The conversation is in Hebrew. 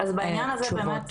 אז בעניין הזה באמת,